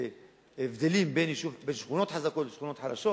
והבדלים בין שכונות חזקות לשכונות חלשות.